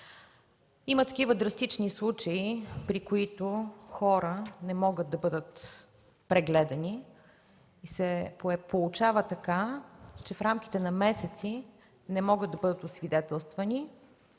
Има драстични случаи, при които хора не могат да бъдат прегледани и се получава, че в рамките на месеци не могат да бъдат освидетелствани.